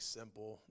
simple